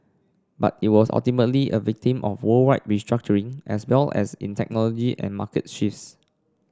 but it was ultimately a victim of worldwide restructuring as well as in technology and market shifts